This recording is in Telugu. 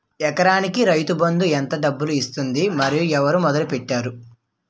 ఎకరానికి రైతు బందు ఎంత డబ్బులు ఇస్తుంది? మరియు ఎవరు మొదల పెట్టారు?